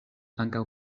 ankaŭ